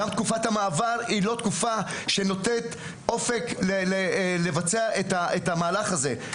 גם תקופת המעבר לא נותנת אופק לבצע את המהלך הזה.